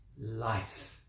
life